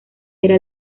era